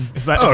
it's like ah